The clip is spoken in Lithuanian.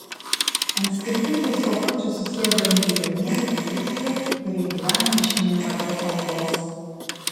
ant skirtingų sofučių susėdo milijonieriai ir tie kurie gyvena iš minimalios algos